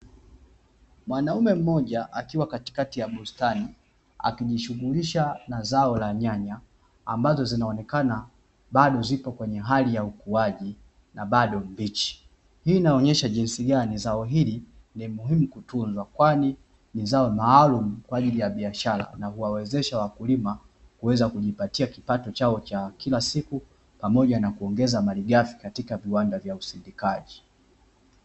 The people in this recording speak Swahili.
Mwanaume mmoja akiwa katikati ya bustani, akijishughulisha na zao la nyanya, ambazo zinaonekana bado zipo kwenye hali ya ukuaji na bado mbichi. Hii inaonyesha jinsi gani zao hili ni muhimu kutunza, kwani ni zao maalumu kwa ajili ya biashara, na kuwawezesha wakulima kuweza kujipatia kipato chao cha kila siku, pamoja na kuongeza malighafi katika viwanda vya usindikaji.